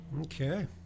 Okay